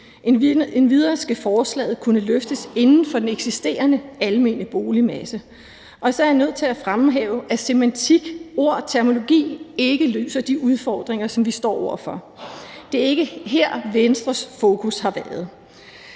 Endvidere skal forslaget kunne løftes inden for den eksisterende almene boligmasse, og så er jeg nødt til at fremhæve, at semantik, ord og terminologi ikke løser de udfordringer, som vi står over for – det er ikke her, Venstres fokus har været